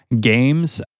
games